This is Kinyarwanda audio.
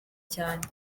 cyane